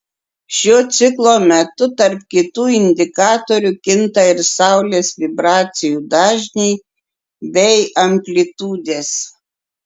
šio ciklo metu tarp kitų indikatorių kinta ir saulės vibracijų dažniai bei amplitudės